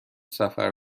سفر